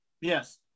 Yes